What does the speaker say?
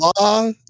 Law